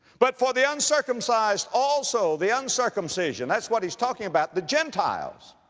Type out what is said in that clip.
but for the uncircumcised also, the uncircumcision, that's what he's talking about, the gentiles.